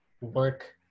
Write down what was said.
work